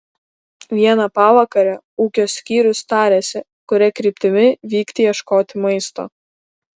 vieną pavakarę ūkio skyrius tarėsi kuria kryptimi vykti ieškoti maisto